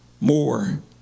more